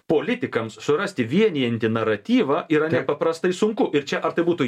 politikams surasti vienijantį naratyvą yra nepaprastai sunku ir čia ar tai būtų